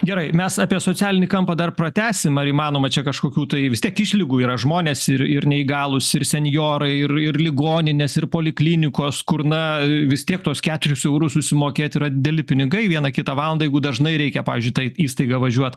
gerai mes apie socialinį kampą dar pratęsim ar įmanoma čia kažkokių tai vis tiek išlygų yra žmonės ir ir neįgalūs ir senjorai ir ir ligoninės ir poliklinikos kur na vis tiek tuos keturis eurus susimokėt yra dideli pinigai vieną kitą valandą jeigu dažnai reikia pavyzdžiui tą įstaigą važiuot